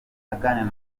aganira